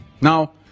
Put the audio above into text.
Now